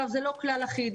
זה לא כלל אחיד.